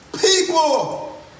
People